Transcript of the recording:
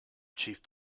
achieved